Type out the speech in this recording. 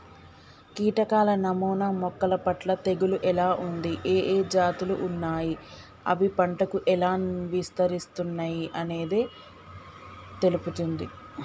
కీటకాల నమూనా మొక్కలపట్ల తెగులు ఎలా ఉంది, ఏఏ జాతులు ఉన్నాయి, అవి పంటకు ఎలా విస్తరిస్తున్నయి అనేది తెలుపుతుంది